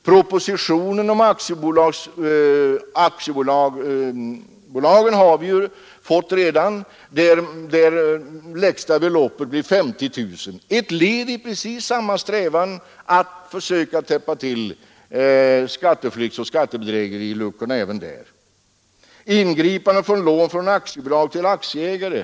Propositionen om aktiebolagen har vi redan fått, och där blir lägsta aktiebelopp 50 000 kronor — ett led i samma strävan att försöka täppa till möjligheterna till skatteflykt och skattebedrägerier. Detsamma gäller ingripanden mot lån i aktiebolag till aktieägare.